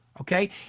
okay